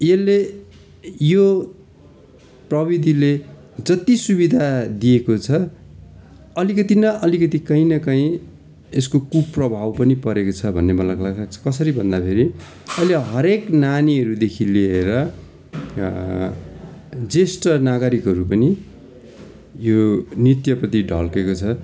यसले यो प्रविधिले जति सुविधा दिएको छ अलिकति न अलिकति कहीँ न कहीँ यसको कुप्रभाव पनि परेको छ भन्ने मलाई कसरी भन्दाखेरि अहिले हरेक नानीहरूदेखि लिएर ज्येष्ठ नागरिकहरू पनि यो नृत्यपट्टि ढल्किएको छ